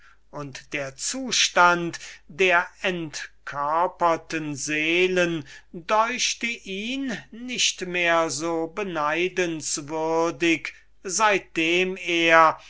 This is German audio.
und der zustand der entkörperten seelen deuchte ihn nicht mehr so beneidenswürdig seitdem er